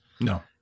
no